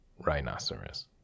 rhinoceros